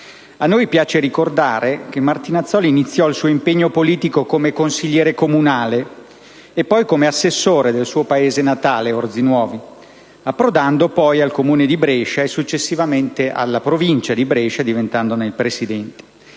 A noi piace ricordare che Martinazzoli iniziò il suo impegno politico come consigliere comunale e poi come assessore del suo paese natale, Orzinuovi, approdando poi al Comune di Brescia e successivamente alla Provincia di Brescia, diventandone presidente.